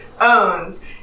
owns